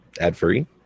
Ad-free